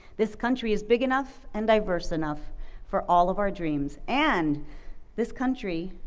this country is big enough and diverse enough for all of our dreams and this country